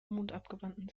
mondabgewandten